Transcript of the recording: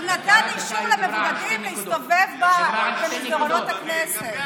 הוא נתן אישור למבודדים להסתובב במסדרונות הכנסת.